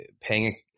paying